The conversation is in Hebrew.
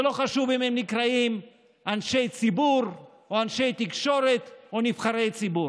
ולא חשוב אם הם נקראים אנשי ציבור או אנשי תקשורת או נבחרי ציבור,